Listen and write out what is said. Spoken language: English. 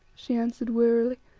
she answered wearily,